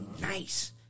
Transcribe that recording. Nice